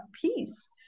peace